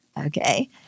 Okay